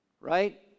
right